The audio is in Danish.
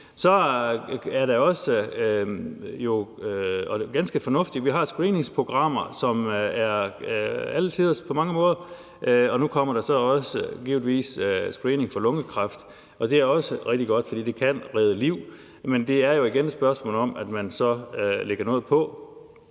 Så har vi også ganske fornuftige screeningsprogrammer, som på mange måder er alle tiders, og nu kommer der givetvis så også screening for lungekræft, og det er også rigtig godt, for det kan redde liv. Men igen er det et spørgsmål om, at man lægger noget på.